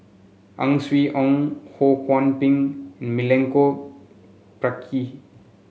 Ang Swee Aun Ho Kwon Ping Milenko Prvacki